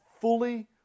fully